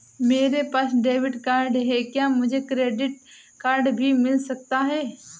मेरे पास debit card है क्या मुझे क्रेडिट कार्ड भी मिल सकता है?